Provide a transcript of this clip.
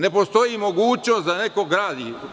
Ne postoji mogućnost da neko gradi.